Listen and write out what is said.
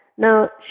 Now